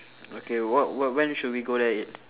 okay what what when should we go there eat